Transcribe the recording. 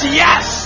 yes